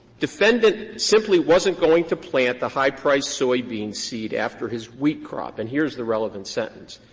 defendant simply wasn't going to plant the high priced soybean seed after his wheat crop. and here's the relevant sentence.